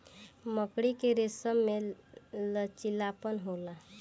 मकड़ी के रेसम में लचीलापन होला